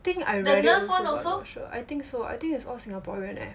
I think I read that also but sure I think so I think it's all singaporean eh